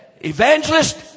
evangelist